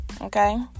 Okay